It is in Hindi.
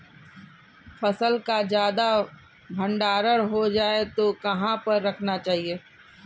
फसल का ज्यादा भंडारण हो जाए तो कहाँ पर रखना चाहिए?